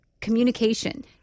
communication